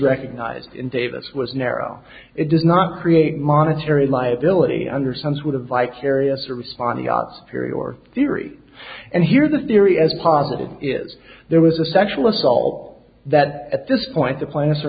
recognized in davis was narrow it did not create monetary liability under some sort of vicarious or respond yachts period or theory and here the theory as posited is there was a sexual assault that at this point the plants are